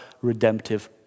redemptive